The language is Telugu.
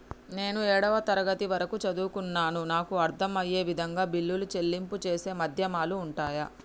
నేను ఏడవ తరగతి వరకు చదువుకున్నాను నాకు అర్దం అయ్యే విధంగా బిల్లుల చెల్లింపు చేసే మాధ్యమాలు ఉంటయా?